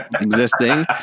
existing